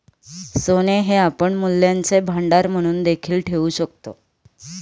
सोने हे आपण मूल्यांचे भांडार म्हणून देखील ठेवू शकतो